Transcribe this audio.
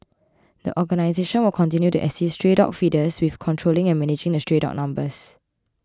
the organisation will continue to assist stray dog feeders with controlling and managing the stray dog numbers